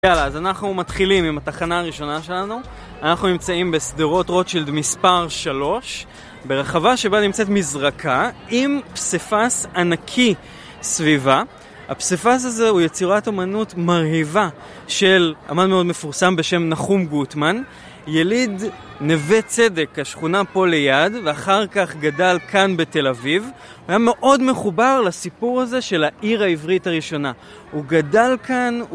יאללה, אז אנחנו מתחילים עם התחנה הראשונה שלנו. אנחנו נמצאים בשדרות רוטשילד מספר 3, ברחבה שבה נמצאת מזרקה עם פסיפס ענקי סביבה. הפסיפס הזה הוא יצירת אמנות מרהיבה של אמן מאוד מפורסם בשם נחום גוטמן. יליד נווה צדק, השכונה פה ליד, ואחר כך גדל כאן בתל אביב. והיה מאוד מחובר לסיפור הזה של העיר העברית הראשונה. הוא גדל כאן